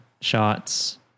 shots